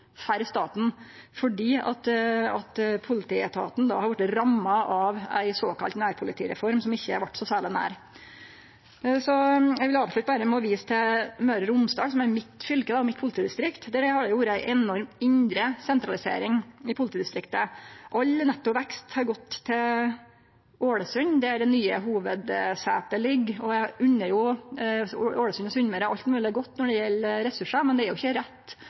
staten fordi politietaten har vorte ramma av ei sokalla nærpolitireform, som ikkje vart så særleg nær. Eg vil avslutte med berre å vise til Møre og Romsdal, som er mitt fylke, mitt politidistrikt. Der har det vore ei enorm indre sentralisering i politidistriktet. All netto vekst har gått til Ålesund, der det nye hovudsetet ligg. Eg unner jo Ålesund og Sunnmøre alt mogleg godt når det gjeld ressursar, men det er jo ikkje rett